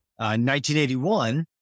1981